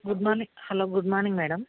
good morning hello good morning madam